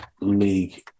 league